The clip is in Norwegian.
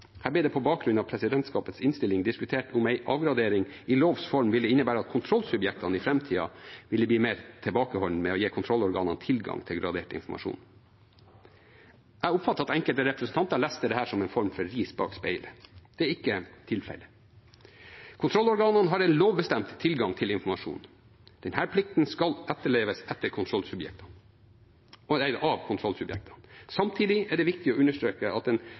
Her ble det på bakgrunn av presidentskapets innstilling diskutert om en avgradering i lovs form ville innebære at kontrollsubjektene i framtida ville bli mer tilbakeholdne med å gi kontrollorganene tilgang til gradert informasjon. Jeg oppfatter at enkelte representanter leste dette som en form for ris bak speilet. Det er ikke tilfellet. Kontrollorganene har en lovbestemt tilgang til informasjon. Denne plikten skal etterleves av kontrollsubjektene. Samtidig er det viktig å understreke at en